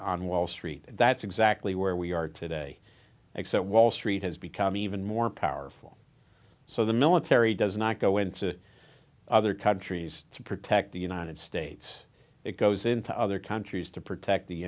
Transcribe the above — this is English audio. on wall street and that's exactly where we are today except wall street has become even more powerful so the military does not go in to other countries to protect the united states it goes into other countries to protect the